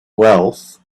wealth